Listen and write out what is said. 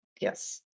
yes